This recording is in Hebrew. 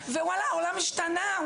ווואלה, העולם השתנה.